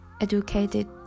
educated